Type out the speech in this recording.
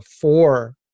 four